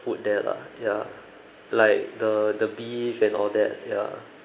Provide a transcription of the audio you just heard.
food there lah ya like the the beef and all that ya